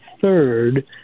third